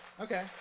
Okay